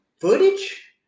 footage